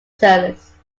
service